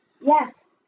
Yes